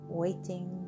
waiting